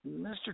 Mr